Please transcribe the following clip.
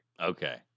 Okay